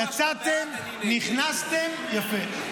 יצאתם, נכנסתם, יפה.